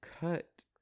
cut